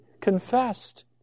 confessed